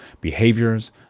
behaviors